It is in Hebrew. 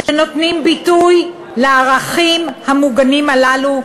שנותנים ביטוי לערכים המוגנים הללו,